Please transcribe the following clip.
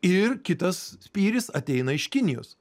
ir kitas spyris ateina iš kinijos